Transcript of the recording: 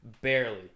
barely